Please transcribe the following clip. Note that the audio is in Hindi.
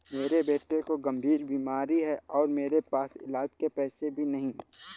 मेरे बेटे को गंभीर बीमारी है और मेरे पास इलाज के पैसे भी नहीं